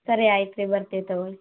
ಸರಿ ಆಯ್ತು ರೀ ಬರ್ತೀವಿ ತಗೊಳ್ಳಿ